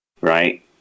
right